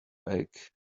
pack